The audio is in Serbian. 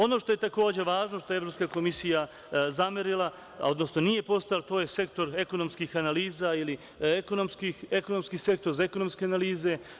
Ono što je takođe važno, što je Evropska komisija zamerila, odnosno nije postojalo, to je sektor ekonomskih analiza ili ekonomski sektor za ekonomske analize.